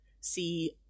see